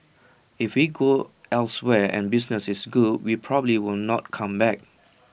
and if we go elsewhere and business is good we probably will not come back